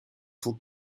vol